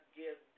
give